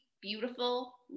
beautiful